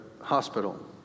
hospital